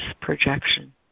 projection